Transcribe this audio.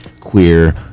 queer